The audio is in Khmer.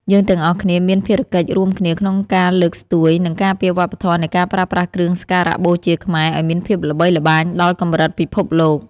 យើងទាំងអស់គ្នាមានភារកិច្ចរួមគ្នាក្នុងការលើកស្ទួយ និងការពារវប្បធម៌នៃការប្រើប្រាស់គ្រឿងសក្ការបូជាខ្មែរឱ្យមានភាពល្បីល្បាញដល់កម្រិតពិភពលោក។